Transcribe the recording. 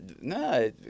no